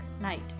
Night